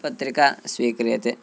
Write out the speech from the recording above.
पत्रिका स्वीक्रियते